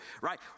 right